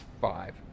five